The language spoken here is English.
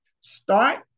Start